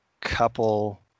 couple